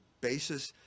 basis